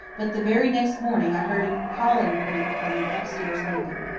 but the very next morning i heard him calling me from the upstairs landing.